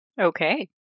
Okay